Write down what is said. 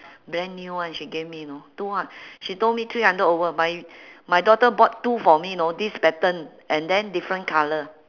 brand new one she gave me you know two hu~ she told me three hundred over my my daughter bought two for me know this pattern and then different colour